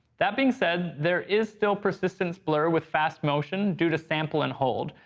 that being said, there is still persistence blur with fast motion due to sample and hold,